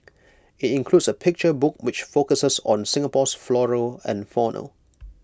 IT includes A picture book which focuses on Singapore's flora and fauna